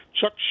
Chuck